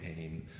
aim